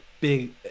big